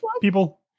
people